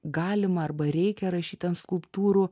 galima arba reikia rašyti ant skulptūrų